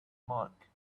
mark